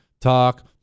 talk